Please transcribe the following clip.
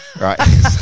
Right